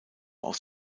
aus